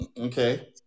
Okay